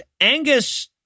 Angus